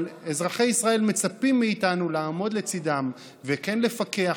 אבל אזרחי ישראל מצפים מאיתנו לעמוד לצידם וכן לפקח,